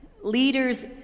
leaders